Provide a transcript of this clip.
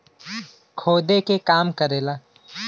खोदे के काम करेला